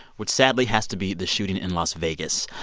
which sadly has to be the shooting in las vegas.